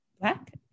Black